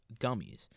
gummies